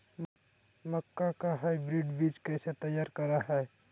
मक्का के हाइब्रिड बीज कैसे तैयार करय हैय?